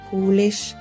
Polish